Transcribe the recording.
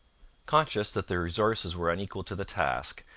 conscious that their resources were unequal to the task,